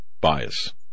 bias